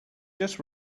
just